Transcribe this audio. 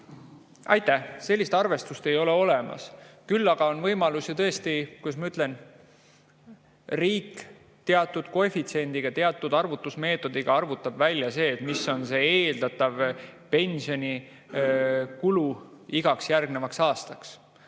Aitäh! Sellist arvestust ei ole olemas. Küll aga on võimalus, tõesti, kuidas ma ütlen, et riik teatud koefitsiendiga, teatud arvutusmeetodil arvutab välja, mis on eeldatav pensionikulu igaks järgnevaks aastaks.